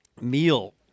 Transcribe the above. meal